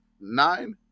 nine